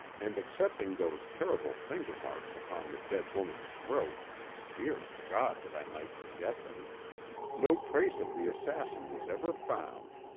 and excepting those terrible finger-marks upon the dead woman's throat dear god! that i might forget them no trace of the assassin was ever found.